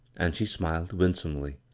and she smiled winsomdy.